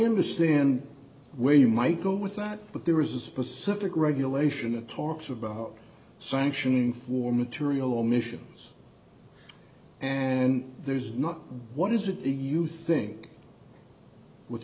understand where you might go with that but there is a specific regulation of talks about sanctioning war material omissions and there's not what is it the you think with